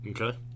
Okay